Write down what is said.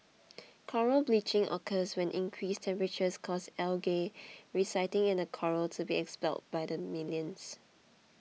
coral bleaching occurs when increased temperatures cause algae residing in the coral to be expelled by the millions